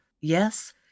yes